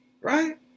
Right